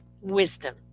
wisdom